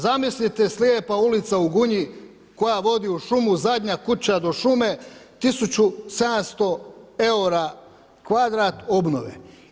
Zamislite slijepa ulica u Gunji, koja vodi u šumu, zadnja kuća do šume 1700 eura kvadrat obnove.